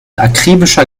akribischer